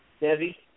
Debbie